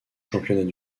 championnats